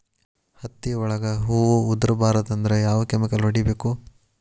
ಹತ್ತಿ ಒಳಗ ಹೂವು ಉದುರ್ ಬಾರದು ಅಂದ್ರ ಯಾವ ಕೆಮಿಕಲ್ ಹೊಡಿಬೇಕು?